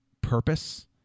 purpose